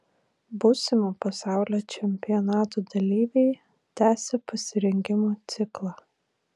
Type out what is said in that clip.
būsimo pasaulio čempionato dalyviai tęsią pasirengimo ciklą